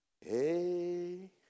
hey